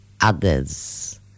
others